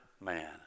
man